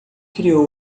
criou